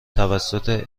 توسط